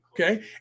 okay